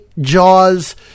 Jaws